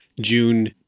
June